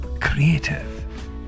creative